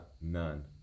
None